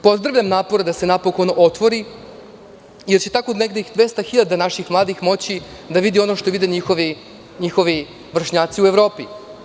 Pozdravljam napor da se konačno otvori, jer će tako nekih 200.000 naših mladih moći da vidi ono što vide njihovi vršnjaci u Evropi.